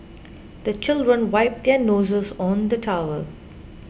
the children wipe their noses on the towel